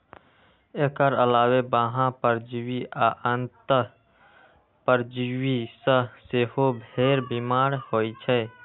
एकर अलावे बाह्य परजीवी आ अंतः परजीवी सं सेहो भेड़ बीमार होइ छै